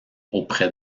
auprès